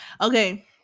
Okay